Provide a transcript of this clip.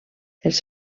els